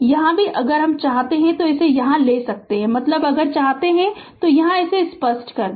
यहां भी अगर चाहते हैं यहां भी ले सकते हैं मतलब अगर चाहते हैं तो यहाँ स्पष्ट कर दे